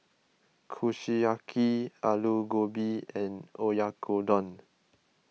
Kushiyaki Alu Gobi and Oyakodon